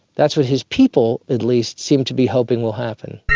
that's what his people at least seem to be hoping will happen.